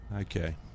Okay